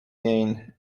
gain